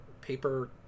paper